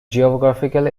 geographical